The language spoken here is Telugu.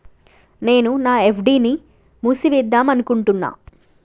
నేను నా ఎఫ్.డి ని మూసివేద్దాంనుకుంటున్న